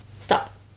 Stop